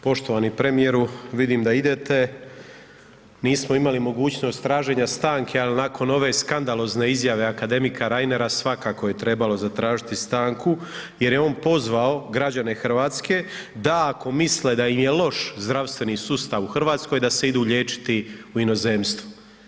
Poštovani premijeru, vidim da idete, nismo imali mogućnost traženja stanke, al nakon ove skandalozne izjave akademika Reinera svakako je trebalo zatražiti stanku jer je on pozvao građane RH da ako misle da im je loš zdravstveni sustav u RH, da se idu liječiti u inozemstvo.